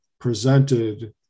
presented